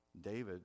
David